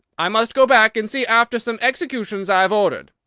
i must go back and see after some executions i have ordered,